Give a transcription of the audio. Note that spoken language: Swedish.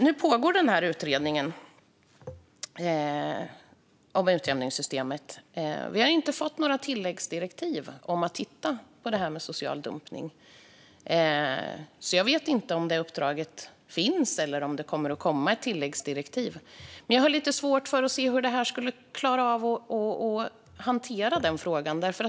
Nu pågår denna utredning om utjämningssystemet. Vi har inte fått några tilläggsdirektiv om att titta på social dumpning, så jag vet inte om det uppdraget finns eller om det kommer att komma i ett tilläggsdirektiv. Jag har dock lite svårt att se hur detta skulle klara att hantera den frågan.